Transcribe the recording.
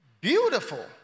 Beautiful